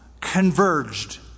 converged